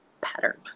pattern